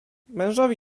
mężowi